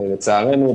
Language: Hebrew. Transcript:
לצערנו,